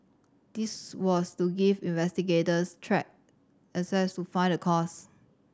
this was to give investigators track access to find the cause